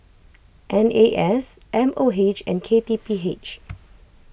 N A S M O H and K T P H